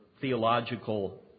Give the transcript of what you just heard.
theological